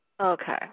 Okay